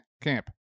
camp